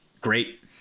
great